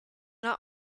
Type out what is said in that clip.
not